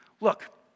Look